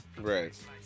Right